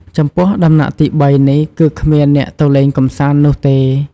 ចំពោះ ដំណាក់ទី៣នេះគឺគ្មានអ្នកទៅលេងកំសាន្តនោះទេ។